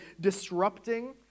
disrupting